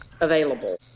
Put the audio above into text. available